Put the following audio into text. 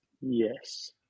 yes